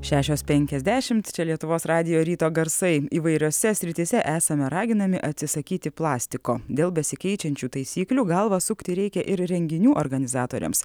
šešios penkiasdešimt čia lietuvos radijo ryto garsai įvairiose srityse esame raginami atsisakyti plastiko dėl besikeičiančių taisyklių galvą sukti reikia ir renginių organizatoriams